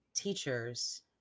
Teachers